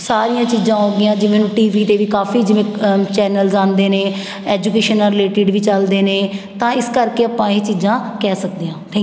ਸਾਰੀਆਂ ਚੀਜ਼ਾਂ ਹੋ ਗਈਆ ਜਿਵੇਂ ਟੀ ਵੀ 'ਤੇ ਵੀ ਕਾਫੀ ਜਿਵੇਂ ਚੈਨਲਜ਼ ਆਉਂਦੇ ਨੇ ਐਜੂਕੇਸ਼ਨ ਨਾਲ ਰਿਲੇਟੀਡ ਵੀ ਚੱਲਦੇ ਨੇ ਤਾਂ ਇਸ ਕਰਕੇ ਆਪਾਂ ਇਹ ਚੀਜ਼ਾਂ ਕਹਿ ਸਕਦੇ ਹਾਂ ਥੈਂ